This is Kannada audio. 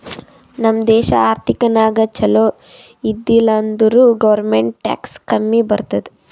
ನಮ್ ದೇಶ ಆರ್ಥಿಕ ನಾಗ್ ಛಲೋ ಇದ್ದಿಲ ಅಂದುರ್ ಗೌರ್ಮೆಂಟ್ಗ್ ಟ್ಯಾಕ್ಸ್ ಕಮ್ಮಿ ಬರ್ತುದ್